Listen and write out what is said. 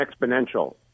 exponential